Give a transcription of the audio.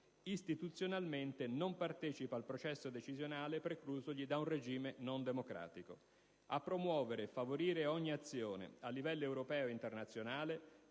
istituzionalmente, non partecipa al processo decisionale preclusogli da un regime non democratico; a promuovere e favorire ogni azione, a livello europeo ed internazionale,